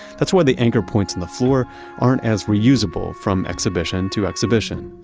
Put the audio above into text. that's why the anchor points in the floor aren't as reusable from exhibition to exhibition.